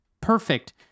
Perfect